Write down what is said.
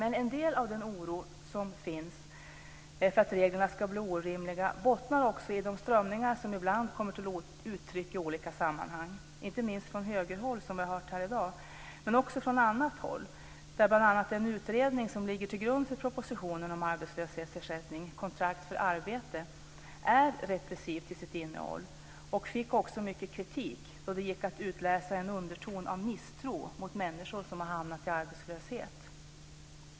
En del av den oro som finns för att reglerna ska bli orimliga bottnar också i de strömningar som ibland kommer till uttryck i olika sammanhang, inte minst från högerhåll som vi har hört här i dag men också från annat håll. Bl.a. den utredning som ligger till grund för propositionen om arbetslöshetsersättning, Kontrakt för arbete, är repressiv till sitt innehåll. Den fick också mycket kritik då det gick att utläsa en underton av misstro mot människor som har hamnat i arbetslöshet.